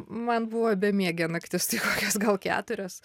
man buvo bemiegė naktis tai kokios gal keturios